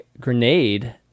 grenade